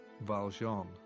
Valjean